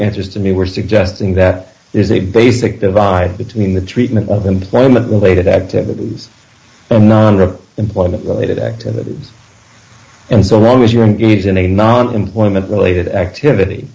interest and you were suggesting that there is a basic divide between the treatment of employment related activities and non employment related activities and so long as you're engaged in a non employment related activity